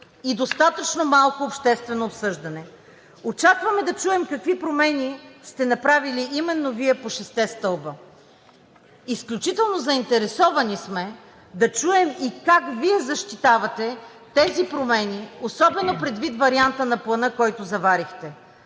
и достатъчно малко обществено обсъждане. Очакваме да чуем какви промени сте направили именно Вие по шестте стълба. Изключително заинтересовани сме да чуем и как Вие защитавате тези промени, особено предвид варианта на Плана, който заварихте.